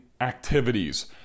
activities